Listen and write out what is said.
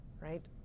right